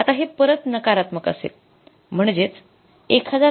आता हे परत नकारात्मक असेल म्हणजेच १४६२